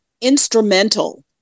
instrumental